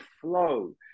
flow